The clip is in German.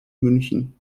münchen